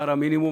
שכר המינימום,